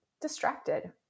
distracted